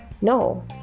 no